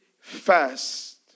fast